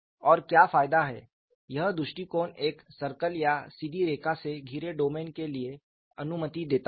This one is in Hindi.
और क्या फायदा है यह दृष्टिकोण एक सर्कल या सीधी रेखा से घिरे डोमेन के लिए अनुमति देता है